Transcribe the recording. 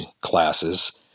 classes